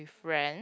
friend